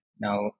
Now